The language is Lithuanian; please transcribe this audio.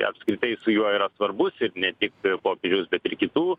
apskritai su juo yra svarbus ir ne tik popiežiaus bet ir kitų